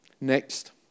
Next